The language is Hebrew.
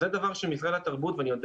זה דבר בו משרד התרבות ואני יודע